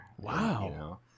wow